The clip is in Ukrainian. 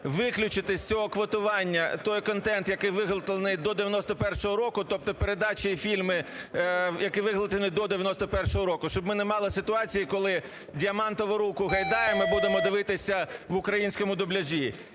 Виключити з цього квотування той контент, який виготовлений до 1991 року, тобто передачі і фільми, які виготовлені до 1991 року, щоб ми не мали ситуацію, коли "Діамантову руку" Гайдая ми будемо дивитися в українському дубляжі.